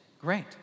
great